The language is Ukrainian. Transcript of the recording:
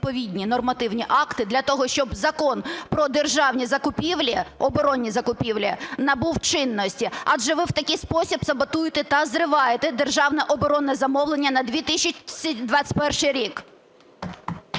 відповідні нормативні акти для того, щоб Закон про державні закупівлі, оборонні закупівлі набув чинності, адже ви в такий спосіб саботуєте та зриваєте державне оборонне замовлення на 2021 рік.